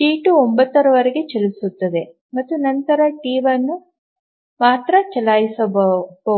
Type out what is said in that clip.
T 2 9 ರವರೆಗೆ ಚಲಿಸುತ್ತದೆ ಮತ್ತು ನಂತರ ಟಿ 1 ಮಾತ್ರ ಚಲಾಯಿಸಬಹುದು